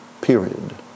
Period